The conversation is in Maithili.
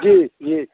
जी जी